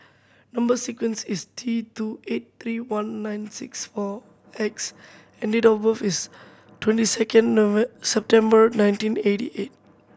number sequence is T two eight three one nine six O X and date of birth is twenty second September nineteen eighty eight